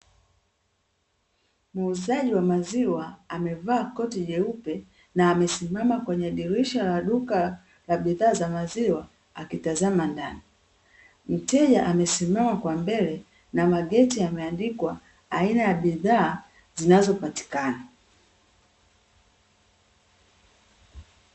Muuzaji wa maziwa amevaa koti jeupe na amesimama kwenye dirisha la duka la bidhaa za maziwa akitazama ndani . Mteja amesimama kwa mbele, na mageti yameandikwa aina a bidhaa zinayopatikana